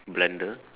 blender